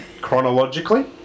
chronologically